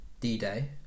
D-Day